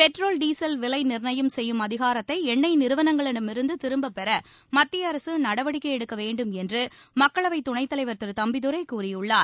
petrol விலைநிர்ணயம் diesel செய்யும் அதிகாரத்தைஎண்ணெய் நிறுவனங்களிடமிருந்துதிரும்பப்பெறமத்தியஅரசுநடவடிக்கைஎடுக்கவேண்டும் என்றுமக்களவைதுணைத் தலைவர் திருதம்பிதுரைகூறியுள்ளார்